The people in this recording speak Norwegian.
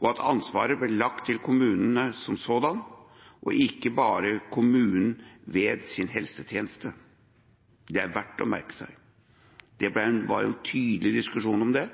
og at ansvaret ble lagt til kommunen som sådan, og ikke bare kommunen ved sin helsetjeneste. Det er verdt å merke seg. Det var en tydelig diskusjon om det,